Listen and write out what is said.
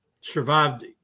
survived